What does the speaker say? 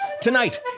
Tonight